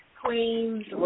Queens